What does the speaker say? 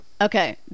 Okay